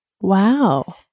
Wow